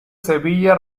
sevilla